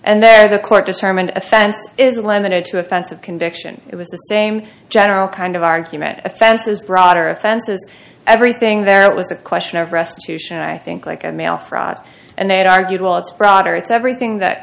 and there the court determined offense isn't limited to offensive conviction it was the same general kind of argument offenses broader offenses everything there was a question of restitution i think like a mail fraud and they'd argued well it's broader it's everything that